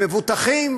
הם מבוטחים